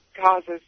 causes